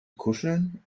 kuscheln